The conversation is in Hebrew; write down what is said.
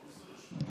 ברור שזה רשום.